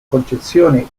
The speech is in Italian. concezione